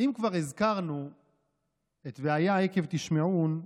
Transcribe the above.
אם כבר הזכרנו את "והיה עקב תשמעון",